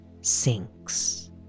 sinks